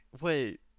Wait